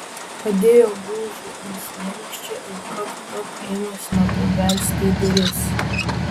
padėjo gūžį ant slenksčio ir kapt kapt ėmė snapu belsti į duris